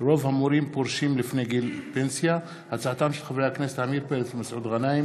של חברי הכנסת עמיר פרץ ומסעוד גנאים